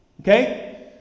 Okay